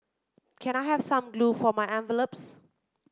can I have some glue for my envelopes